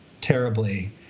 terribly